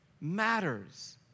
matters